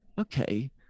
okay